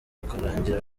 ukarangira